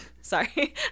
sorry